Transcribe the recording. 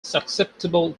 susceptible